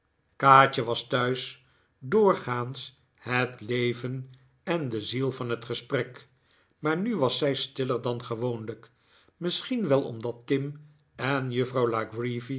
kaatje was thuis doorgaans het leven en de ziel van het gesprek maar nu was zij stiller dan gewoonlijk misschien wel omdat tim en juffrouw